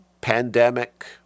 pandemic